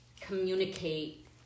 communicate